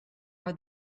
are